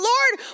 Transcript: Lord